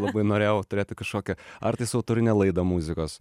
labai norėjau turėti kažkokią ar tais autorinę laidą muzikos